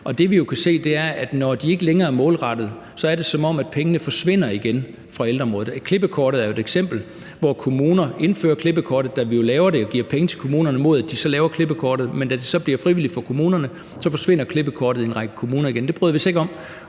når de ikke længere er målrettet, er det, som om pengene forsvinder igen fra ældreområdet. Klippekortet er jo et eksempel på det. Kommunerne indfører klippekortet, da vi jo laver det og giver penge til kommunerne, mod at de så laver klippekortet, men da det så bliver frivilligt for kommunerne, forsvinder klippekortet i en række kommuner igen. Det bryder vi os ikke om.